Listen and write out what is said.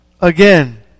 again